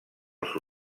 els